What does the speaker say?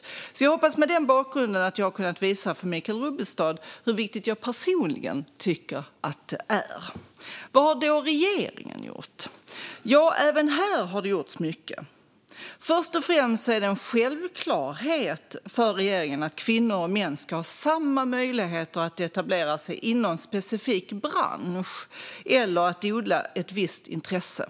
Jag hoppas att jag med den bakgrunden har kunnat visa för Michael Rubbestad hur viktigt jag personligen tycker att detta är. Vad har då regeringen gjort? Ja, även här har det gjorts mycket. Först och främst är det en självklarhet för regeringen att kvinnor och män ska ha samma möjligheter att etablera sig inom en specifik bransch eller att odla ett visst intresse.